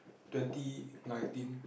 twenty nineteen